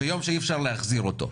יום שאי אפשר להחזיר אותו,